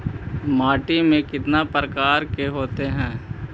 माटी में कितना प्रकार के होते हैं?